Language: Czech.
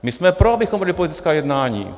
My jsme pro, abychom vedli politická jednání.